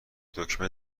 دکمه